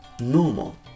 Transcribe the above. normal